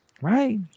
right